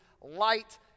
light